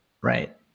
Right